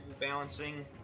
balancing